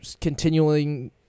continuing